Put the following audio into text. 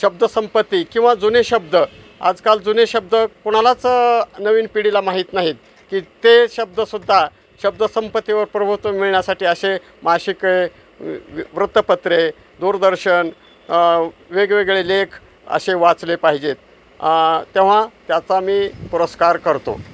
शब्दसंपत्ती किंवा जुने शब्द आजकाल जुने शब्द कोणालाच नवीन पिढीला माहीत नाहीत की ते शब्दसुद्धा शब्दसंपत्तीवर प्रभुत्व मिळण्यासाठी असे मासिके वृत्तपत्रे दूरदर्शन वेगवेगळे लेख असे वाचले पाहिजेत तेव्हा त्याचा मी पुरस्कार करतो